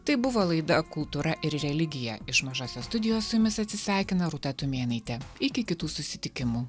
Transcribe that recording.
tai buvo laida kultūra ir religija iš mažosios studijos su jumis atsisveikina rūta tumėnaitė iki kitų susitikimų